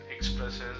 Expresses